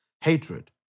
hatred